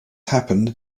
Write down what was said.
happened